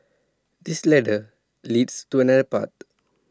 this ladder leads to another path